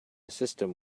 system